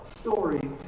story